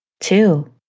Two